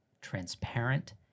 transparent